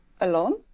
alone